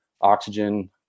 oxygen